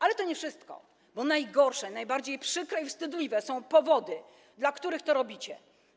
Ale to nie wszystko, bo najgorsze, najbardziej przykre i wstydliwe są powody, dla których to robicie.